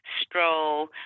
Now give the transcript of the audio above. stroll